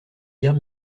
guère